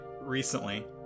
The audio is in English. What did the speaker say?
Recently